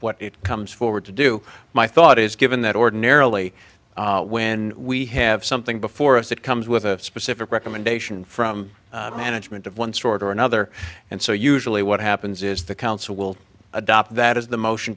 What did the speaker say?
what it comes forward to do my thought is given that ordinarily when we have something before us it comes with a specific recommendation from management of one sort or another and so usually what happens is the council will adopt that as the motion